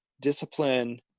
discipline